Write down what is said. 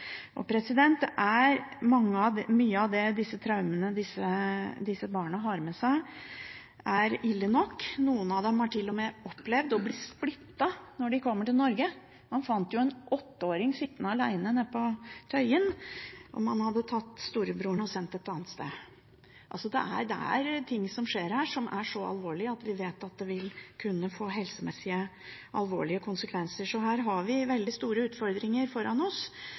mange av disse barna har med seg, er ille nok. Noen av dem har til og med opplevd å bli splittet når de kommer til Norge. Man fant jo en åtteåring sittende alene på Tøyen etter at storebroren var sendt til et annet sted. Det er ting som skjer her som er så alvorlige at vi vet at det vil kunne få alvorlige helsemessige konsekvenser. Så her har vi veldig store utfordringer foran oss.